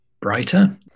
brighter